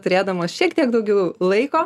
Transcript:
turėdamos šiek tiek daugiau laiko